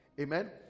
Amen